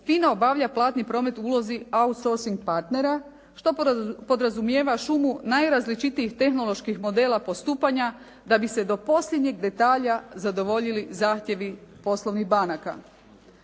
FINA obavlja platni promet u ulozi outsourcing partnera što podrazumijeva šumu najrazličitijih tehnoloških modela postupanja da bi se do posljednjih detalja zadovoljili zahtjevi poslovnih banaka.